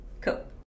Cool